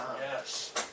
Yes